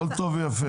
הכול טוב ויפה.